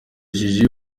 jiji